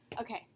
Okay